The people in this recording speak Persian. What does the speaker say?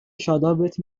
شادابت